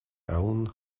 own